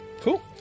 Cool